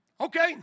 Okay